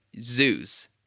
zoos